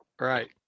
Right